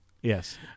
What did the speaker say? Yes